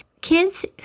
kids